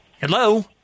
Hello